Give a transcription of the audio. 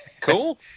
Cool